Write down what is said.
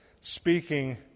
speaking